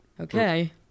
Okay